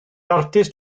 artist